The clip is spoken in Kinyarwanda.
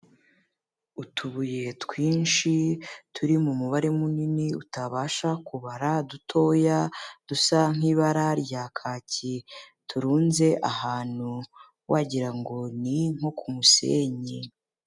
Utubuye twinshi turi mu mubare munini utabasha kubara dutoya dusa nk'ibara rya kaki, turunze ahantu wagira ngo ni nko ku musenyi.